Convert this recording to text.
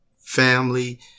family